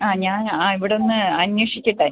ആ ഞാൻ ആ ആ ഇവിടൊന്ന് അന്വേഷിക്കട്ടെ